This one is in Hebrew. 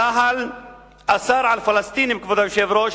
צה"ל אסר על פלסטינים, כבוד היושב-ראש,